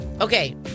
Okay